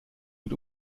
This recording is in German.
mit